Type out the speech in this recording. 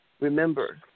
Remember